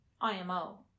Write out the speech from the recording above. IMO